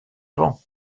vent